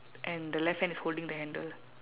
and the left hand is holding the handle